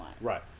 Right